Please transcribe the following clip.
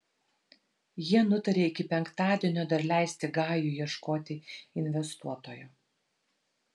jie nutarė iki penktadienio dar leisti gajui ieškoti investuotojo